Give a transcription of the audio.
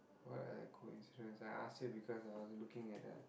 what are the coincidence I ask you because I was looking at the